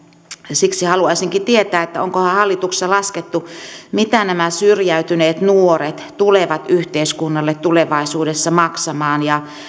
siksi haluaisinkin tietää onkohan hallituksessa laskettu mitä nämä syrjäytyneet nuoret tulevat yhteiskunnalle tulevaisuudessa maksamaan ja